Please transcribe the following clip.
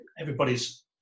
everybody's